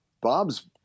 bob's